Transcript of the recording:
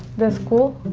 the school.